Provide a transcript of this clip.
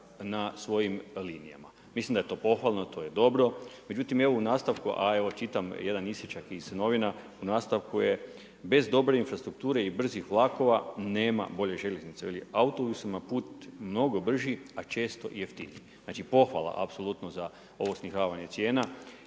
na svojim linijama. Mislim da je to pohvalno, to je dobro. Međutim, evo u nastavku, a evo čitam jedan isječak iz novina, u nastavku je bez dobre infrastrukture i brzih vlakova nema bolje željeznice. Veli autobusima je put mnogo brži a često i jeftiniji. Znači pohvala apsolutno za ovo snižavanje cijena.